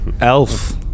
elf